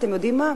אתם יודעים מה,